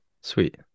Sweet